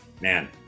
man